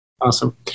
Awesome